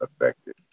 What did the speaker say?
affected